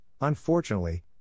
unfortunately